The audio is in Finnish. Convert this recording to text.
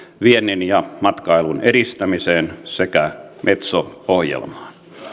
viennin ja matkailun edistämiseen sekä metso ohjelmaan